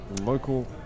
local